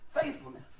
faithfulness